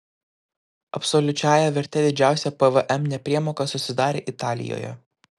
absoliučiąja verte didžiausia pvm nepriemoka susidarė italijoje